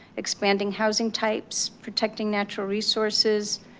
expanding housing types protecting natural resources,